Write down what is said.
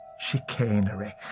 chicanery